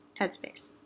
headspace